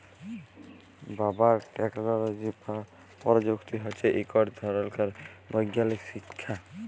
rubber technology বা পরযুক্তি হছে ইকট ধরলকার বৈগ্যালিক শিখ্খা